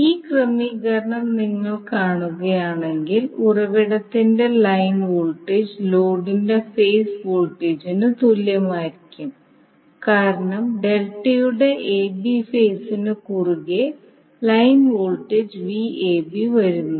ഈ ക്രമീകരണം നിങ്ങൾ കാണുകയാണെങ്കിൽ ഉറവിടത്തിന്റെ ലൈൻ വോൾട്ടേജ് ലോഡിന്റെ ഫേസ് വോൾട്ടേജിന് തുല്യമായിരിക്കും കാരണം ഡെൽറ്റയുടെ AB ഫേസിനു കുറുകെ ലൈൻ വോൾട്ടേജ് Vab വരുന്നു